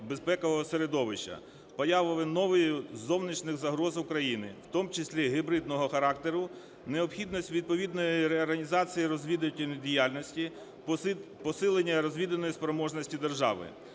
безпекового середовища, появою нових зовнішніх загроз Україні, в тому числі гібридного характеру, необхідність відповідної реорганізації розвідувальної діяльності, посилення розвідувальної спроможності держави.